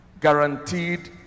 Guaranteed